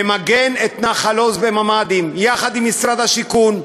ממגן את נחל-עוז בממ"דים, יחד עם משרד השיכון.